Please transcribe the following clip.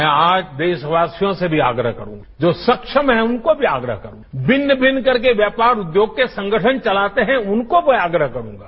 मैं आज देशवासियों से भी आग्रह करूंगा जो सक्षम है उनको भी आग्रह करूंगा भिन्न भिन्न कर के व्यापार उद्योग के संगठन चलाते हैं उनको मैं आग्रह करूंगा